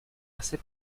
assez